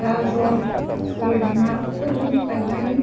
गाजर सबाय बिमाफोरखौबो गायनानै